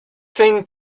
thing